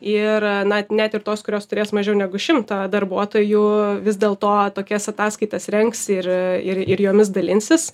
ir na net ir tos kurios turės mažiau negu šimtą darbuotojų vis dėl to tokias ataskaitas rengs ir ir ir jomis dalinsis